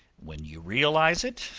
when you realize it,